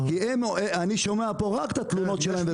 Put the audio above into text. כי אני שומע פה רק את התלונות שלהם.